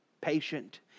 patient